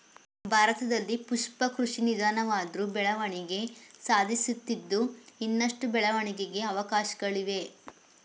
ಭಾರತದಲ್ಲಿ ಪುಷ್ಪ ಕೃಷಿ ನಿಧಾನವಾದ್ರು ಬೆಳವಣಿಗೆ ಸಾಧಿಸುತ್ತಿದ್ದು ಇನ್ನಷ್ಟು ಬೆಳವಣಿಗೆಗೆ ಅವಕಾಶ್ಗಳಿವೆ